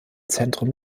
zentrum